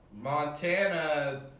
Montana